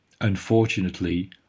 unfortunately